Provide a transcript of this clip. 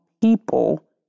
people